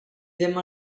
ddim